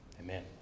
Amen